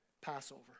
Passover